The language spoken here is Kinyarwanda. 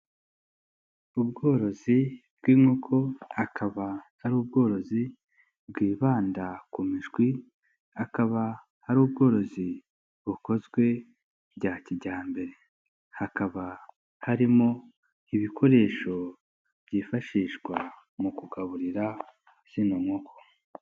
Ubworozi bw'inkoko akaba ari ubworozi bwibanda ku mishwi. Akaba hari ubworozi bukozwe bya kijyambere, hakaba harimo ibikoresho byifashishwa mu kugaburira amazi n'inkoko.